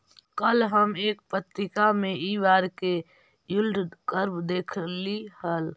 कल हम एक पत्रिका में इ बार के यील्ड कर्व देखली हल